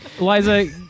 Liza